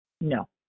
No